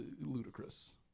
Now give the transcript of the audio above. ludicrous